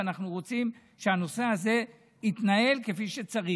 ואנחנו רוצים שהנושא הזה יתנהל כפי שצריך.